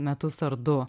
metus ar du